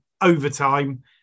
overtime